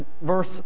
verse